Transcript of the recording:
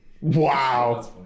Wow